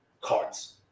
cards